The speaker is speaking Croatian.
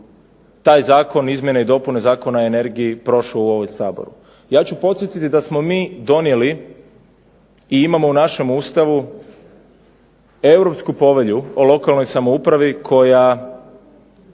taj zakon, Izmjene i dopune Zakona o energiji prošao u ovom Saboru. Ja ću podsjetiti da smo mi donijeli i imamo u našem Ustavu Europsku povelju o lokalnoj samoupravi koja